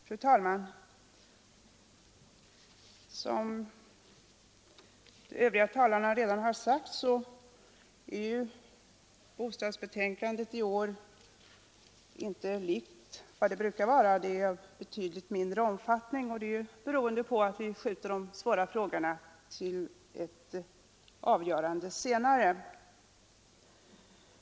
Fru talman! Som övriga talare redan har sagt är bostadsbetänkandet i år inte likt vad det brukar vara. Dess omfattning är betydligt mindre beroende på att vi skjuter de svåra frågorna till ett senare avgörande.